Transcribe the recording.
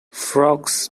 frogs